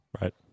Right